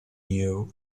you